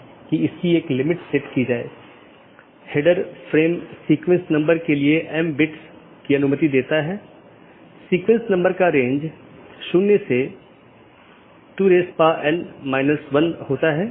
वास्तव में हमने इस बात पर थोड़ी चर्चा की कि विभिन्न प्रकार के BGP प्रारूप क्या हैं और यह अपडेट क्या है